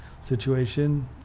situation